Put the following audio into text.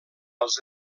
als